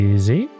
Easy